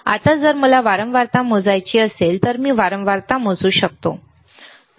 आता जर मला वारंवारता मोजायची असेल तर मी वारंवारता मोजू शकतो बरोबर